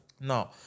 Now